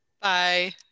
Bye